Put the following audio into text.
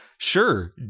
Sure